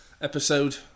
episode